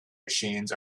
machines